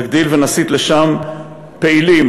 נגדיל ונסיט לשם פעילים,